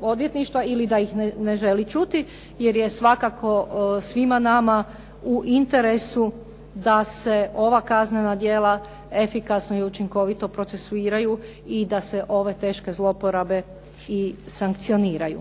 odvjetništva ili da ih ne želi čuti, jer je svakako svima nama u interesu da se ova kaznena djela efikasno i učinkovito procesuiraju i da se ove teške zloporabe i sankcioniraju.